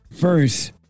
first